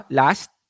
last